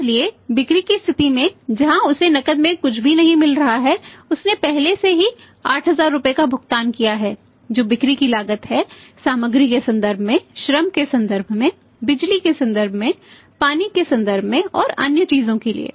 इसलिए बिक्री की स्थिति में जहां उसे नकद में कुछ भी नहीं मिल रहा है उसने पहले से ही 8000 रुपये का भुगतान किया है जो बिक्री की लागत है सामग्री के संदर्भ में श्रम के संदर्भ में बिजली के संदर्भ में पानी के संदर्भ में और अन्य चीजों के लिए